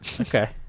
Okay